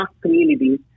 communities